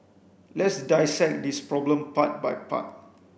let's dissect this problem part by part